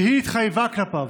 שהיא התחייבה כלפיו.